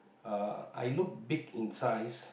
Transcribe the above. uh I look big in size